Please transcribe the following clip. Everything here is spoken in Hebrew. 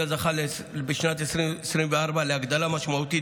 אלא הוא זכה בשנת 2024 להגדלה משמעותית